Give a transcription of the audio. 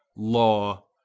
law,